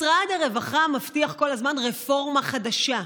משרד הרווחה מבטיח כל הזמן רפורמה חדשה,